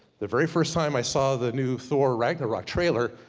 the very first time i saw the new thor ragnarok trailer,